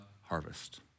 Harvest